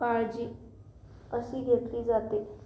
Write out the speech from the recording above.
काळजी अशी घेतली जाते